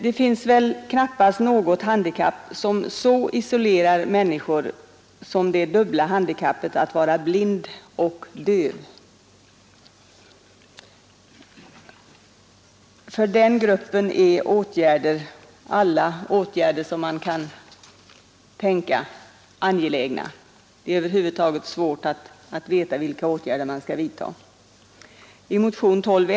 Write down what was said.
Det finns väl knappast något handikapp som så isolerar människor som det dubbla handikappet att vara blind och döv. För den gruppen är alla åtgärder som kan tänkas angelägna. Det är över huvud taget svårt att veta vilken åtgärd man skall prioritera.